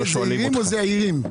זהירים או זעירים?